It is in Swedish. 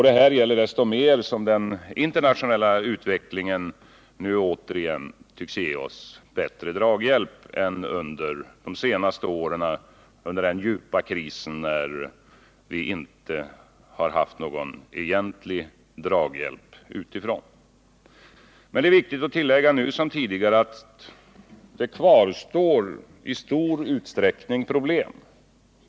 Detta gäller så mycket mer som den internationella utvecklingen nu åter tycks ge oss bättre draghjälp än vad som varit fallet under de senaste årens djupa kris, då vi inte hade någon egentlig draghjälp utifrån. Det är emellertid viktigt att tillägga att problemen i stor utsträckning kvarstår.